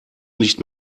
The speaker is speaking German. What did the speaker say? nicht